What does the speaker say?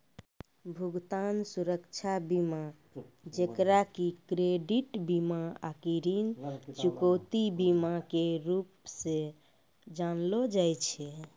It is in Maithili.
भुगतान सुरक्षा बीमा जेकरा कि क्रेडिट बीमा आकि ऋण चुकौती बीमा के रूपो से जानलो जाय छै